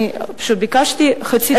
אני פשוט ביקשתי חצי דקה.